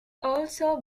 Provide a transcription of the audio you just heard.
also